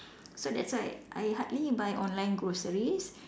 so that's why I hardly buy online groceries